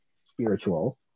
spiritual